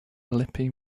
lippe